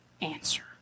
answer